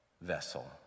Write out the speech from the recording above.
vessel